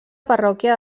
parròquia